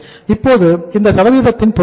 இப்போது இந்த சதவீதத்தின் பொருள் என்ன